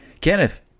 Kenneth